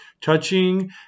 touching